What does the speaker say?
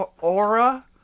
aura